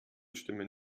stimmen